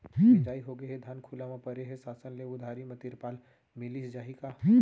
मिंजाई होगे हे, धान खुला म परे हे, शासन ले उधारी म तिरपाल मिलिस जाही का?